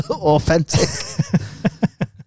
authentic